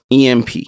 EMP